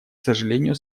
сожалению